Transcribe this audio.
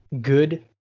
good